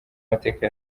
mateka